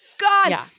god